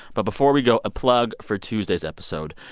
but before we go, a plug for tuesday's episode.